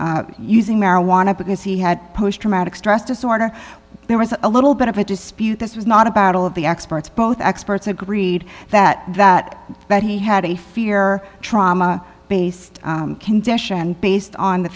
medicating using marijuana because he had post traumatic stress disorder there was a little bit of a dispute this was not a battle of the experts both experts agreed that that that he had a fear trauma based condition based on the